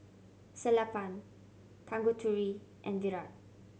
Sellapan Tanguturi and Virat